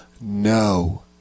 No